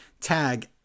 tag